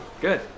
Good